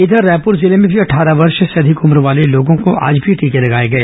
इघर रायपुर जिले में भी अट्ठारह वर्ष से अधिक उम्र वाले लोगों को आज भी टीके लगाए गए